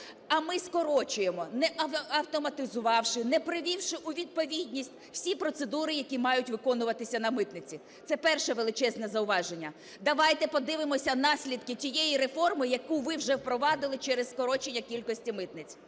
а ми скорочуємо, не автоматизувавши, не привівши у відповідність всі процедури, які мають виконуватися на митниці. Це перше величезне зауваження. Давайте подивимося наслідки тієї реформи, яку ви вже впровадили через скорочення кількості митниць.